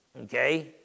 okay